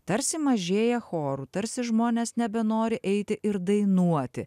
tarsi mažėja chorų tarsi žmonės nebenori eiti ir dainuoti